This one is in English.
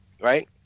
right